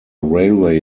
railway